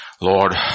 Lord